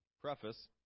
preface